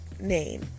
name